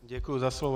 Děkuji za slovo.